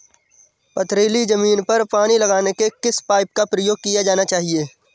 पथरीली ज़मीन पर पानी लगाने के किस पाइप का प्रयोग किया जाना चाहिए?